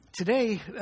Today